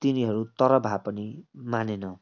तिनीहरू तर भए पनि मानेन